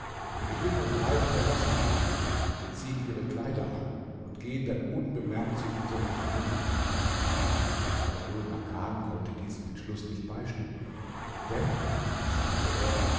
ich will nun drei von den wachen töten und wir ziehen ihre kleider an und gehen dann unbemerkt zu unserer armee aber dhul makan konnte diesem entschluß nicht beistimmen denn sagte er